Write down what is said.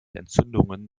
entzündungen